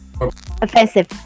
offensive